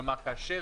כלומר, כאשר